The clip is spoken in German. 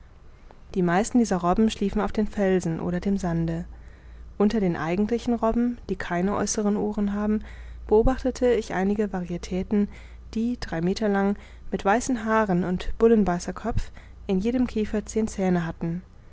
die meisten dieser robben schliefen auf den felsen oder dem sande unter den eigentlichen robben die keine äußeren ohren haben beobachtete ich einige varietäten die drei meter lang mit weißen haaren und bullenbeißerkopf in jedem kiefer zehn zähne hatten